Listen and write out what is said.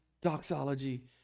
doxology